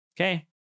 okay